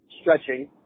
stretching